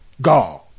gall